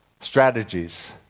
strategies